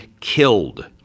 killed